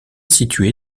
située